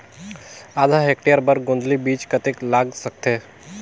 आधा हेक्टेयर बर गोंदली बीच कतेक लाग सकथे?